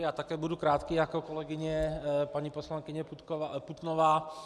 Já také budu krátký jako kolegyně paní poslankyně Putnová.